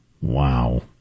Wow